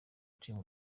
team